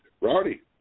Rowdy